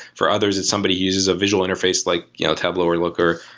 for others, if somebody uses a visual interface, like you know tableau or looker,